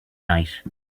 night